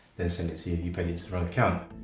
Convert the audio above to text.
then send it to you. you paid into the wrong account.